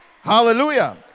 Hallelujah